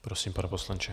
Prosím, pane poslanče.